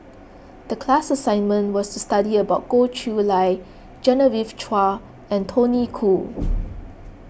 the class assignment was to study about Goh Chiew Lye Genevieve Chua and Tony Khoo